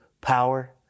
power